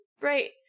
Right